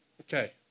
Okay